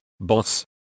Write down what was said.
boss